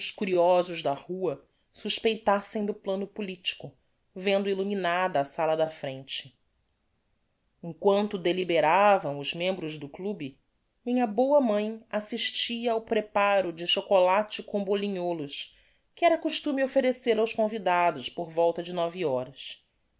curiosos da rua suspeitassem do plano politico vendo illuminada a sala da frente em quanto deliberavam os membros do club minha boa mãi assistia ao preparo de chocolate com bolinholos que era costume offerecer aos convidados por volta de nove horas